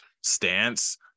stance